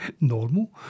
Normal